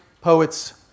poets